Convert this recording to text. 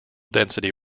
density